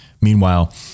Meanwhile